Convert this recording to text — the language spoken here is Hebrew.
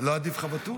לא עדיף לך ואטורי?